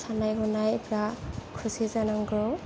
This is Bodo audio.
साननाय हनायफ्रा खौसे जानांगौ